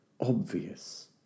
obvious